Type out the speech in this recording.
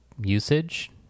usage